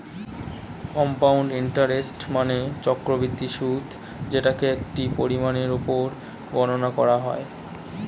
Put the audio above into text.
compound interest মানে চক্রবৃদ্ধি সুদ যেটাকে একটি পরিমাণের উপর গণনা করা হয়